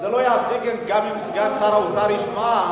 אני חושב שלא יזיק גם אם סגן שר האוצר ישמע,